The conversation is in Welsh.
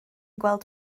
gweld